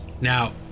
Now